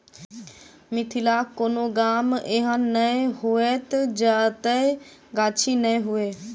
मिथिलाक कोनो गाम एहन नै होयत जतय गाछी नै हुए